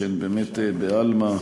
שהן באמת בעלמא,